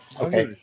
Okay